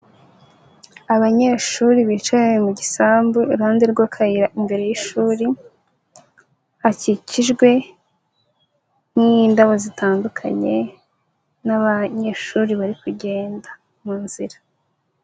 Abanyeshuri bicaye mu gisambu iruhande rw'akayira imbere y'ishuri, hakikijwe n'indabo zitandukanye n'abanyeshuri bari kugenda mu nzira.